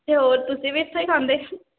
ਅਤੇ ਹੋਰ ਤੁਸੀਂ ਵੀ ਇੱਥੋਂ ਹੀ ਖਾਂਦੇ